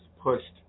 pushed